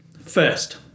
First